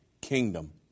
Kingdom